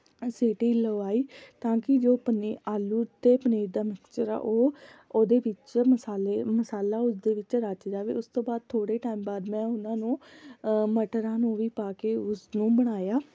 ਸੀਟੀ ਲਵਾਈ ਤਾਂ ਕਿ ਜੋ ਪਨੀਰ ਆਲੂ ਅਤੇ ਪਨੀਰ ਦਾ ਮਿਕਚਰ ਹੈ ਉਹ ਉਹਦੇ ਵਿੱਚ ਮਸਾਲੇ ਮਸਾਲਾ ਉਸਦੇ ਵਿੱਚ ਰੱਚ ਜਾਵੇ ਉਸ ਤੋਂ ਬਾਅਦ ਥੋੜ੍ਹੇ ਟਾਈਮ ਬਾਅਦ ਮੈਂ ਉਹਨਾਂ ਨੂੰ ਮਟਰਾਂ ਨੂੰ ਵੀ ਪਾ ਕੇ ਉਸ ਨੂੰ ਬਣਾਇਆ